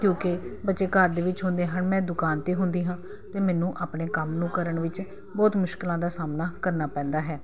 ਕਿਉਂਕਿ ਬੱਚੇ ਘਰ ਦੇ ਵਿੱਚ ਹੁੰਦੇ ਹਨ ਮੈਂ ਦੁਕਾਨ ਤੇ ਹੁੰਦੀ ਹਾਂ ਤੇ ਮੈਨੂੰ ਆਪਣੇ ਕੰਮ ਨੂੰ ਕਰਨ ਵਿੱਚ ਬਹੁਤ ਮੁਸ਼ਕਿਲਾਂ ਦਾ ਸਾਹਮਣਾ ਕਰਨਾ ਪੈਂਦਾ ਹੈ